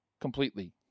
completely